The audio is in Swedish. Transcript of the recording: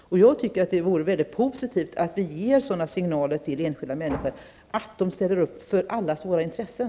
Jag tycker att det vore positivt att ge sådana signaler till enskilda människor, dvs. att de ställer upp för allas våra intressen.